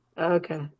Okay